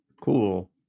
cool